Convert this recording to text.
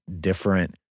different